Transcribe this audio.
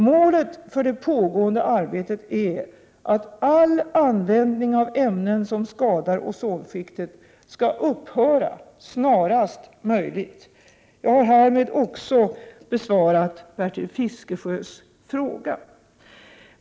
Målet för det pågående arbetet är att all användning av ämnen som skadar ozonskiktet skall upphöra snarast möjligt. Jag har härmed också besvarat Bertil Fiskesjös fråga.